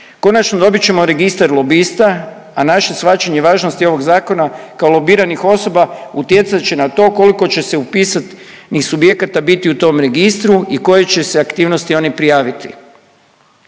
Konačno dobit ćemo registar lobista, a naše shvaćanje važnosti ovog zakona kao lobiranih osoba utjecat će na to koliko će se upisanih subjekata biti u tom registru i kojoj će se aktivnosti oni prijaviti.